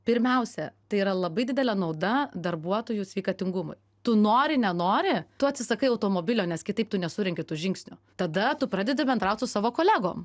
pirmiausia tai yra labai didelė nauda darbuotojų sveikatingumui tu nori nenori tu atsisakai automobilio nes kitaip tu nesurenki tų žingsnių tada tu pradedi bendraut su savo kolegom